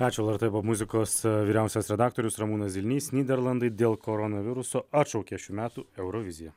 ačiū lrt buvo muzikos vyriausias redaktorius ramūnas zilnys nyderlandai dėl koronaviruso atšaukė šių metų euroviziją